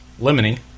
lemony